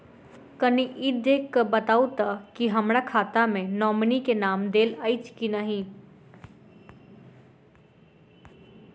कनि ई देख कऽ बताऊ तऽ की हमरा खाता मे नॉमनी केँ नाम देल अछि की नहि?